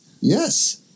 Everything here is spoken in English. Yes